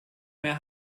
mehr